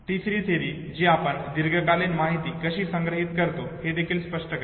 तिसरी थिअरी जी आपण दीर्घकालीन माहिती कशी संग्रहित करतो हे देखील स्पष्ट करते